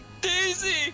Daisy